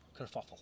kerfuffle